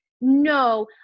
no